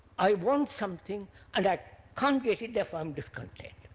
i want something and i can't get it therefore i am discontent.